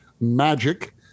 magic